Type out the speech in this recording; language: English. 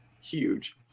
huge